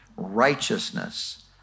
Righteousness